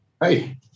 Hey